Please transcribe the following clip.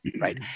right